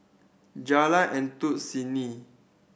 Jalan Endut Senin